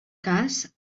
cas